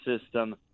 system